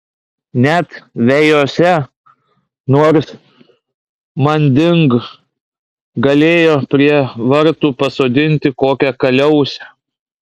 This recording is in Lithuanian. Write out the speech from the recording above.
net vejose nors manding galėjo prie vartų pasodinti kokią kaliausę